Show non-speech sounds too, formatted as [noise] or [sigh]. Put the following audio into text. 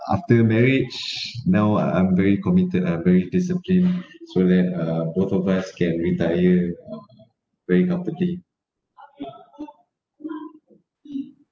after marriage now I I'm very committed I very disciplined so that uh both of us can retire thirty [noise]